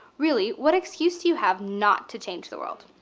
really what excuse do you have not to change the world.